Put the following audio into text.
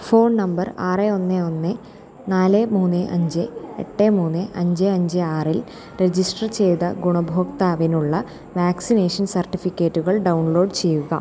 phone number ആറ് ഒന്ന് ഒന്ന് നാല് മൂന്ന് അഞ്ച് എട്ട് മൂന്ന് അഞ്ച് അഞ്ച് ആറിൽ രജിസ്റ്റർ ചെയ്ത ഗുണഭോക്താവിനുള്ള വാക്സിനേഷൻ സർട്ടിഫിക്കറ്റുകൾ ഡൗൺലോഡ് ചെയ്യുക